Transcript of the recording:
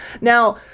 Now